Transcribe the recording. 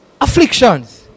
afflictions